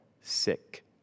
sick